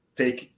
take